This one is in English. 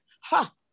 Ha